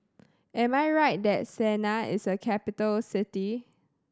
am I right that Sanaa is a capital city